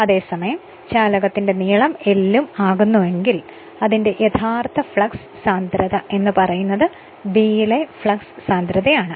അതേ സമയം ചാലകത്തിന്റെ നീളം L ഉം ആകുന്നുവെങ്കിൽ അതിന്റെ യഥാർഥ ഫ്ളക്സ് സാന്ദ്രത എന്നു പറയുന്നത് B യിലെ ഫ്ളക്സ് സാന്ദ്രതയാണ്